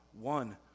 One